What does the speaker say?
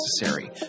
necessary